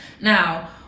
Now